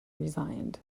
resigned